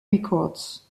records